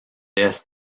est